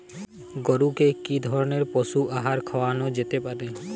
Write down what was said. গরু কে কি ধরনের পশু আহার খাওয়ানো যেতে পারে?